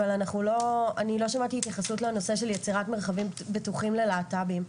אבל לא שמעתי התייחסות ליצירת מרחבים בטוחים ללהט"בים.